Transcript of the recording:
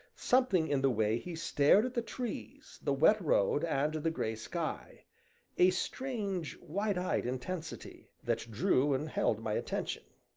something in the way he stared at the trees, the wet road, and the gray sky a strange wide-eyed intensity that drew and held my attention.